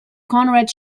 conrad